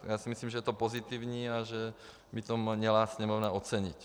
Já si myslím, že to je pozitivní a že by to měla Sněmovna ocenit.